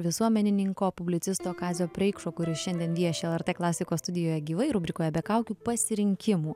visuomenininko publicisto kazio preikšo kuris šiandien vieši lrt klasikos studijoj gyvai rubrikoj be kaukių pasirinkimų